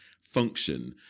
function